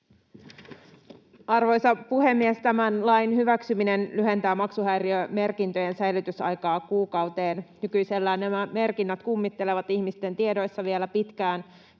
Arvoisa puhemies! Tämän lain hyväksyminen lyhentää maksuhäiriömerkintöjen säilytysaikaa kuukauteen. Nykyisellään nämä merkinnät kummittelevat ihmisten tiedoissa vielä pitkään